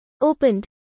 Opened